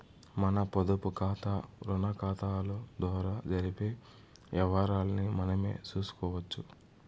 మన పొదుపుకాతా, రుణాకతాల ద్వారా జరిపే యవ్వారాల్ని మనమే సూసుకోవచ్చు